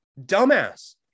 dumbass